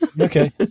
Okay